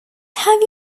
have